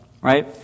right